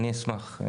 אני אשמח.